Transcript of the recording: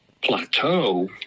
plateau